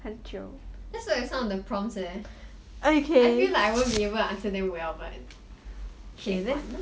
let's looks at some of the prompts leh I feel like I won't be able to answer them well but